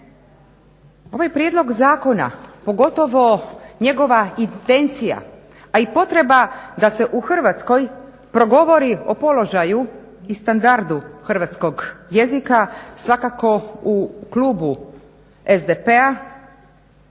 Ovaj prijedlog zakona, pogotovo njegova intencija, a i potreba da se u Hrvatskoj progovori o položaju i standardu hrvatskog jezika svakako u klubu SDP-a